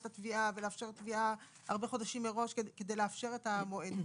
התביעה ולאפשר תביעה הרבה חודשים מראש כדי לאפשר את המועד הזה.